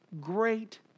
great